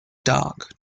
dark